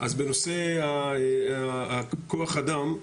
אז בנושא כוח אדם,